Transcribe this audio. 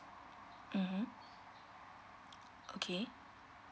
mmhmm okay